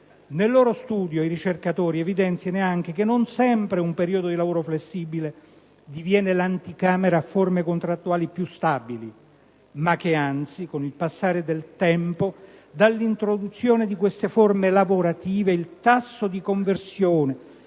Nel loro studio i ricercatori evidenziano anche che non sempre un periodo di lavoro flessibile diviene l'anticamera a forme contrattuali più stabili, ma che anzi con il passare del tempo dall'introduzione di queste forme lavorative «il tasso di conversione